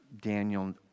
daniel